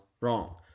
wrong